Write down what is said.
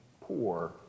poor